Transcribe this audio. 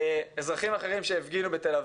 אזרחים אחרים שהפגינו בתל אביב.